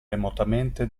remotamente